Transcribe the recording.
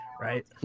right